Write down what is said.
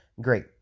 great